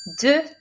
De